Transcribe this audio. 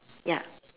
ya